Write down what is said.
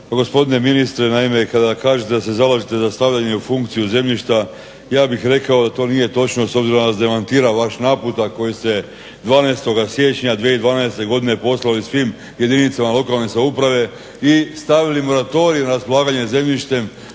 gospodine ministre, naime kada kažete da se zalažete za stavljanje u funkciju zemljišta, ja bih rekao da to nije točno s obzirom da vas demantira vaš naputak koji se 12. siječnja 2012. godine poslali svim jedinicama lokalne samouprave i stavili moratorij na raspolaganje zemljište